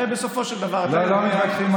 הרי בסופו של דבר, לא, לא מתווכחים עם